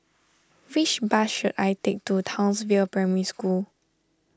which bus should I take to Townsville Primary School